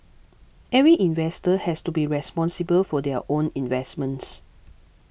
every investor has to be responsible for their own investments